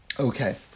Okay